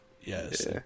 Yes